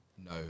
no